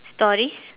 stories